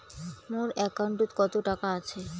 মোর একাউন্টত কত টাকা আছে?